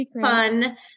fun